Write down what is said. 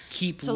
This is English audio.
keep